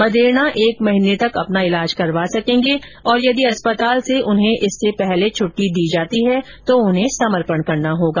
मदेरणा एक महीने तक अपना इलाज करवा सकेंगे और यदि अस्पताल से उन्हें इससे पूर्व छुट्टी दी जाती है तो उन्हें समर्पण करना होगा